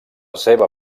seva